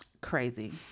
Crazy